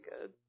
good